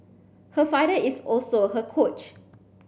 her father is also her coach